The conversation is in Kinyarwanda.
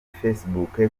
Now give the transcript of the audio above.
facebook